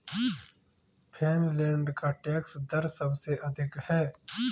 Finland का tax दर सबसे अधिक है